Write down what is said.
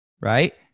Right